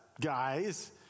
guys